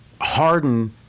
Harden